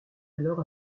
alors